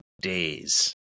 days